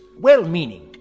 Well-meaning